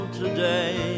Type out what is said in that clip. today